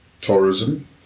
tourism